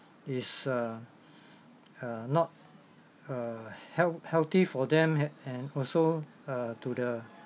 is uh uh not uh health~ healthy for them and also uh to the